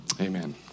Amen